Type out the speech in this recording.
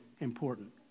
important